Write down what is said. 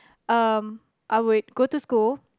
um I would go to school